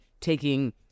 taking